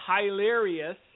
hilarious